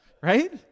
right